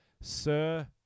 Sir